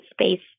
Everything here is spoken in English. space